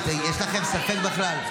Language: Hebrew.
יש לכם ספק בכלל?